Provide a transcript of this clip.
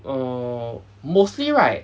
err mostly right